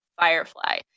firefly